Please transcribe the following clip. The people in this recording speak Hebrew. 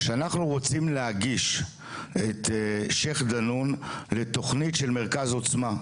כאשר אנחנו רוצים להגיש את שייח' דנון לתכנית של מרכז עוצמה,